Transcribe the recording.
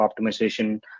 optimization